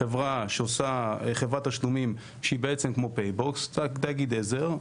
חברת תשלומים שהיא בעצם כמו פייבוקס, תאגיד עזר,